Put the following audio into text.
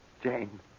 Jane